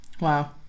Wow